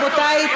רבותי,